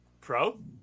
Pro